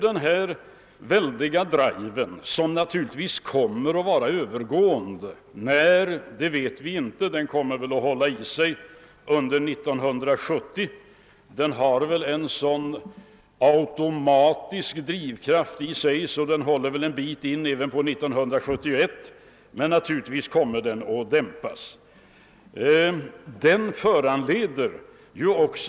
Den här väldiga driven kommer naturligtvis att gå över — när det blir vet vi inte; den kommer väl att hålla i sig under 1970, och den har en sådan automatik i sig att den väl fortsätter även ett stycke in på 1971, men naturligtvis kommer den så småningom att dämpas.